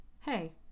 Hey